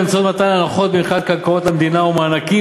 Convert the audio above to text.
באמצעות מתן הנחות במכירת קרקעות המדינה ומענקים